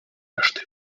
reszty